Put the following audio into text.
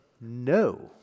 No